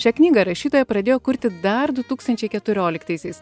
šią knygą rašytoja pradėjo kurti dar du tūkstančiai keturioliktaisiais